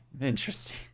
interesting